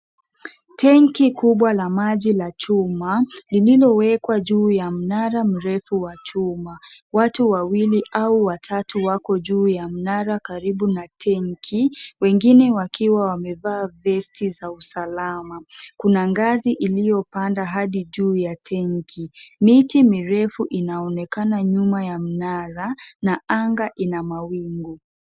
Tenki kubwa la maji ya chuma lililowekwa juu ya mnara mrefu wa chuma .QQatu wawili au watatu wako juu ya mnara karibu na tenki wengine wakiwa wamevaa vesti za usalama . Kuna ngazi iliyopanda hadi juu ya tenki , miti mirefu inaonekana nyuma ya mnara na anga ina mawingu.